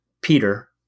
Peter